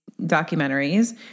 documentaries